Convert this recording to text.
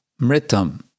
mritam